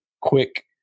quick